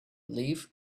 live